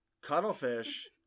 Cuttlefish